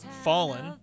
Fallen